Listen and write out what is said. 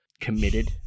committed